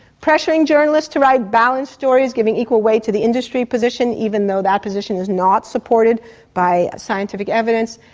pressuring journalists to write balanced stories, giving equal weight to the industry position, even though that position is not supported by scientific evidence.